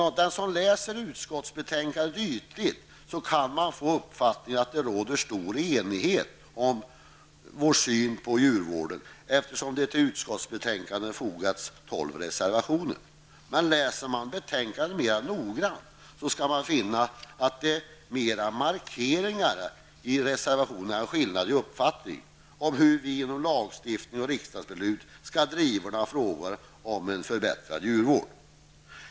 Om man läser utskottsbetänkandet ytligt kan man få uppfattningen att det råder stor oenighet om vår syn på djurvården, eftersom det till utskottsbetänkandet ha fogats tolv reservationer. Läser man betänkandet mera noggrant finner man att det är mera markeringar i reservationerna än skillnader i uppfattningen om hur vi genom lagstiftning och riksdagsbeslut skall driva frågorna om en förbättrad djurvård.